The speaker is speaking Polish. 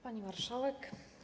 Pani Marszałek!